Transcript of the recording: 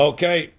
Okay